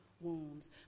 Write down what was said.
wounds